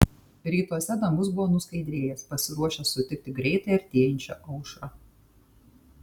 rytuose dangus buvo nuskaidrėjęs pasiruošęs sutikti greitai artėjančią aušrą